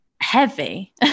heavy